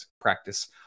practice